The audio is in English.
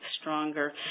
stronger